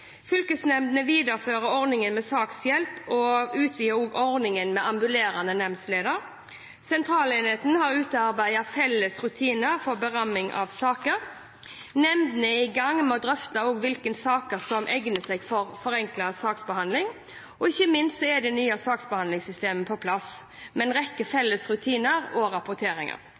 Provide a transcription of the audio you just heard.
Fylkesnemndene viderefører ordningen med sakshjelpen og utvider ordningen med ambulerende nemndleder. Sentralenheten har utarbeidet felles rutiner for beramming av saker. Nemndene er i gang med å drøfte hvilke saker som egner seg for forenklet saksbehandling. Ikke minst er det nye saksbehandlingssystemet på plass, og med det en rekke felles rutiner og rapporteringer.